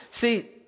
See